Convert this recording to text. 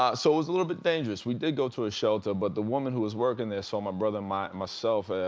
ah so it was a little bit dangerous. we did go to a shelter but the woman who was working there saw my brother and myself,